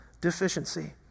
deficiency